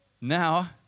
Now